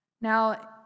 Now